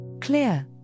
Clear